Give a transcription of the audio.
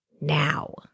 now